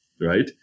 right